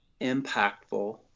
impactful